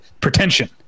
pretension